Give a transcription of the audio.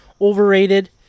overrated